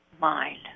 mind